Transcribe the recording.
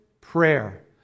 prayer